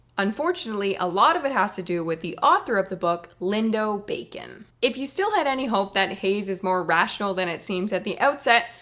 unfortunately, a lot of it has to do with the author of the book, lindo bacon. if you still had any hope that haes is more rational than it seems at the outset,